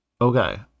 Okay